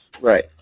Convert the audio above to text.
right